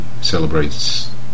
celebrates